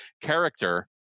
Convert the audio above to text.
character